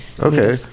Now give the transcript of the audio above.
okay